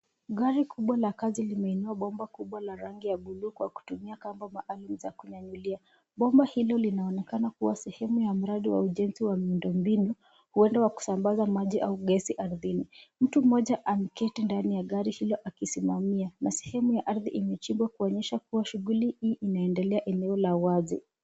Gari kubwa la kazi limeinua bomba kubwa la rangi ya bluu kwa kutumia kamba maalum za kunyanyulia. Bomba hilo linaonekana kuwa sehemu ya mradi wa ujenzi wa miundombinu huenda wa kusambaza maji au gesi ardhini. Mtu mmoja ameketi ndani ya gari hilo akisimamia na sehemu ya ardhi imechimbwa kuonyesha kuwa shughuli hii inaendelea eneo la wazi.